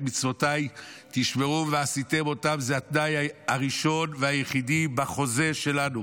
מצותי תשמרו ועשיתם אתם" זה התנאי הראשון והיחיד בחוזה שלנו.